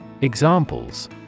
Examples